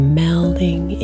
melding